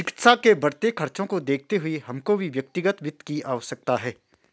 चिकित्सा के बढ़ते खर्चों को देखते हुए हमको भी व्यक्तिगत वित्त की आवश्यकता है